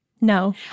No